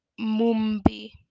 Mumbi